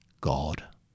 God